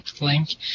link